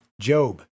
Job